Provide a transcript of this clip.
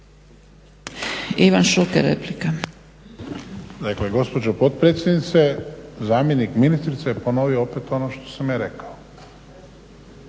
Ivan Šuker, replika.